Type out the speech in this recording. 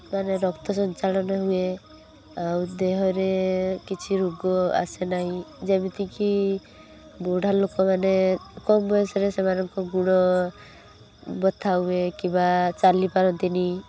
ମାନେ ରକ୍ତ ସଞ୍ଚାଳନ ହୁଏ ଆଉ ଦେହରେ କିଛି ରୋଗ ଆସେ ନାହିଁ ଯେମିତିକି ବୁଢ଼ା ଲୋକ ମାନେ କମ ବୟସରେ ସେମାନଙ୍କ ଗୋଡ଼ ବଥା ହୁଏ କିମ୍ବା ଚାଲିପାରନ୍ତିନି